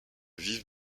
vives